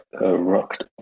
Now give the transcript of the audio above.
rocked